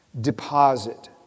Deposit